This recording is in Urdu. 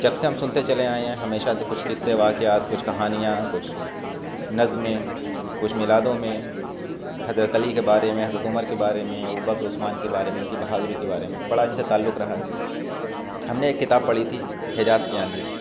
جب سے ہم سنتے چلے آئے ہیں ہمیشہ سے کچھ قصے واقعات کچھ کہانیاں کچھ نظمیں کچھ میلادوں میں حضرت علی کے بارے میں حضرت عمر کے بارے میں ابوبکر عثمان کے بارے میں ان کی بہادری کے بارے میں بڑا ان سے تعلق رہا ہے ہم نے ایک کتاب پڑھی تھی حجاز کی آندھی